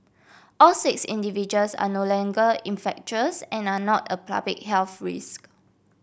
all six individuals are no longer infectious and are not a public health risk